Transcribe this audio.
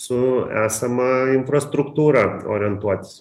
su esama infrastruktūra orientuotis